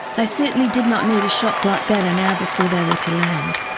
they certainly did not need a shock like that an hour before they were to land.